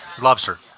Lobster